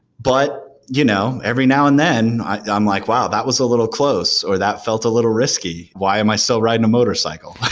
but you know every now and then i'm like, wow! that was a little close or that felt a little risky. why am i still riding a motorcycle?